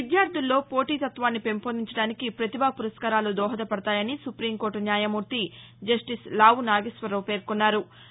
విద్యార్థుల్లో పోటీతత్వాన్ని పెంపొందించడానికి ప్రతిభా పురస్కారాలు దోహదపడతాయని సుపీంకోర్టు న్యాయమూర్తి జస్టిస్ లావు నాగేశ్వరరావు పేర్కొన్నారు